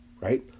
right